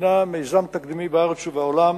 שהינה מיזם תקדימי בארץ ובעולם,